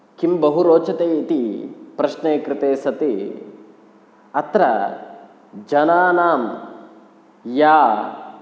किं बहु रोचते इति प्रश्ने कृते सति अत्र जनानां या